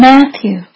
Matthew